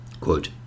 Quote